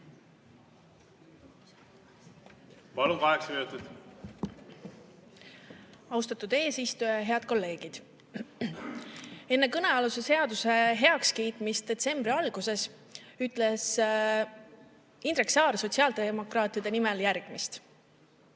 Kalle Grünthali. Austatud eesistuja! Head kolleegid! Enne kõnealuse seaduse heakskiitmist detsembri alguses ütles Indrek Saar sotsiaaldemokraatide nimel järgmist: